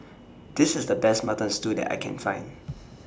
This IS The Best Mutton Stew that I Can Find